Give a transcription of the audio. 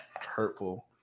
Hurtful